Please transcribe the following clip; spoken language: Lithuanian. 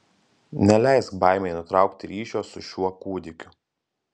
neleisk baimei nutraukti ryšio su šiuo kūdikiu